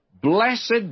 Blessed